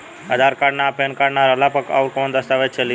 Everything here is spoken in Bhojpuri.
आधार कार्ड आ पेन कार्ड ना रहला पर अउरकवन दस्तावेज चली?